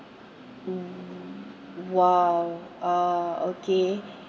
oh !wow! uh okay